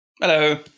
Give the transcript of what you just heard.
Hello